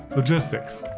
logistics,